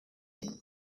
him